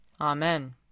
Amen